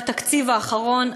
בתקציב האחרון,